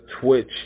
Twitch